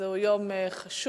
זהו יום חשוב,